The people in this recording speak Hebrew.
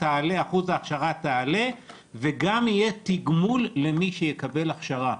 שאחוז ההכשרה יעלה וגם יהיה תגמול למי שיקבל הכשרה.